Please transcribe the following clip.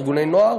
ארגוני נוער.